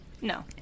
No